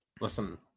Listen